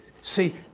See